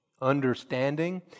understanding